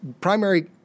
primary